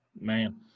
Man